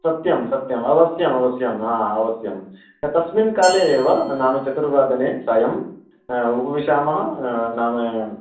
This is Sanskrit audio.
सत्यं सत्यम् अवश्यम् अवश्यं हा अवश्यं तस्मिन् काले एव नाम चतुर्वादने सायम् उपविशामः नाम